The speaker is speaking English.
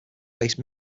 based